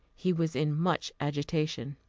he was in much agitation.